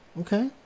Okay